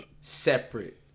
separate